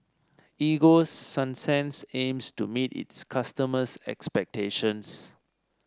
Ego Sunsense aims to meet its customers' expectations